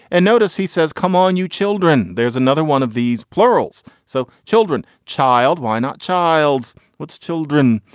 and notice he says come on you children. there's another one of these plurals so children. child y not child's what's children.